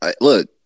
Look